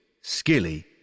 Skilly